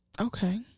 Okay